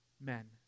men